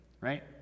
right